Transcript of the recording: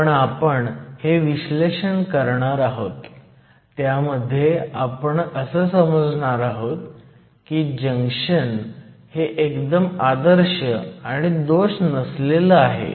पण आपण हे विश्लेषण करणार आहोत त्यामध्ये आपण असं समजणार आहोत की जंक्शन हे एकदम आदर्श आणि दोष नसलेलं आहे